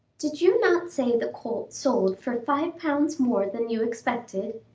did you not say the colt sold for five pounds more than you expected?